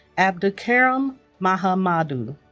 abdoulkarim um mahamadou